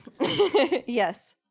Yes